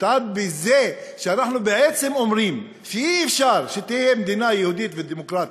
שטען שזה שאנחנו בעצם אומרים שאי-אפשר שתהיה מדינה יהודית ודמוקרטית,